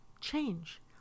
change